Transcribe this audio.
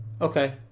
Okay